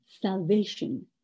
salvation